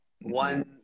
one